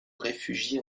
réfugie